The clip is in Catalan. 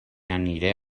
aniré